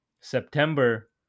September